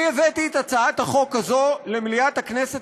אני הבאתי את הצעת החוק הזו למליאת הכנסת